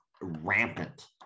rampant